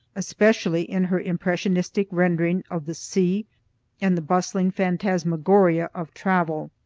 especially in her impressionistic rendering of the sea and the bustling phantasmagoria of travel.